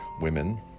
women